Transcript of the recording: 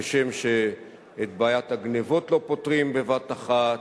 כשם שאת בעיית הגנבות לא פותרים בבת-אחת